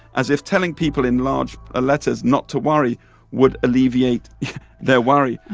as if telling people in large ah letters not to worry would alleviate their worry.